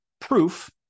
proof